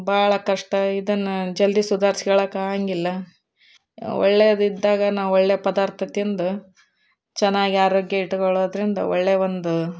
ಭಾಳ ಕಷ್ಟ ಇದನ್ನು ಜಲ್ದಿ ಸುಧಾರ್ಸ್ಕ್ಯಳಕ್ಕೆ ಆಗಂಗಿಲ್ಲ ಒಳ್ಳೆಯದಿದ್ದಾಗ ನಾವು ಒಳ್ಳೆಯ ಪದಾರ್ಥ ತಿಂದು ಚೆನ್ನಾಗಿ ಆರೋಗ್ಯ ಇಟ್ಕೊಳ್ಳೋದ್ರಿಂದ ಒಳ್ಳೆಯ ಒಂದು